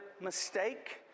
mistake